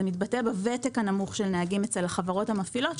זה מתבטא בוותק הנמוך של נהגים אצל החברות המפעילות.